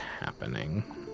happening